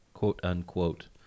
quote-unquote